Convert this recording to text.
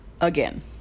again